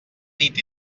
nit